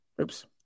Oops